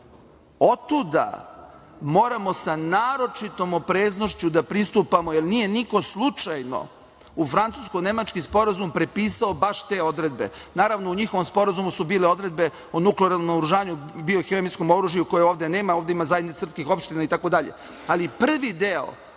moramo sa naročitom opreznošću da pristupamo, jer nije niko slučajno u francusko-nemački sporazum prepisao baš te odredbe. Naravno, u njihovom sporazumu su bile odredbe o nuklearnom naoružanju, biohemijskom oružju koje ovde nema. Ovde ima zajednica srpskih opština, itd. Prvi deo